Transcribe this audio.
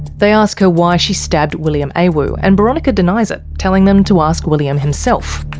they ask her why she stabbed william awu, and boronika denies it, telling them to ask william himself.